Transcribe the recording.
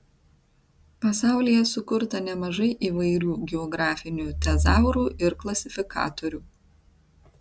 pasaulyje sukurta nemažai įvairių geografinių tezaurų ir klasifikatorių